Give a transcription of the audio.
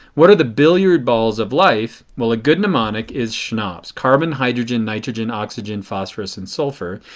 what are the billiard balls of life? well a good mnemonic is so chnops. carbon, hydrogen, nitrogen, oxygen, phosphorus and sulfur.